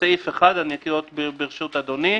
ואני אקריא את סעיף 1, ברשות אדוני.